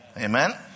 Amen